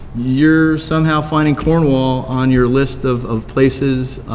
you're somehow finding cornwall on your list of of places